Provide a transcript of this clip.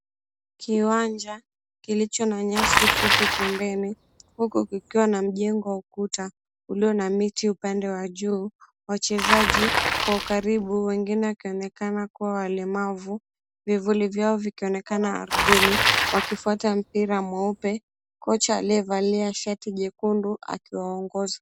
Kiwanja kilicho na nyasi fupi pembeni, huku kukiwa na mjengo wa ukuta ulio na mti huku pembeni upande wa juu wachezaji kwa ukaribu wengine wakionekana kuwa walemavu vivuli vyao vikionekana ardhini wakifuata mpira mweupe. Kocha aliyevalia shati jekundu akiwaongoza.